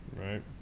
Right